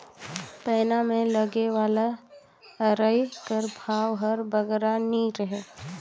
पैना मे लगे वाला अरई कर भाव हर बगरा नी रहें